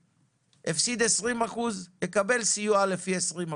הפסיד 20% יקבל סיוע לפי 20%,